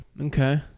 Okay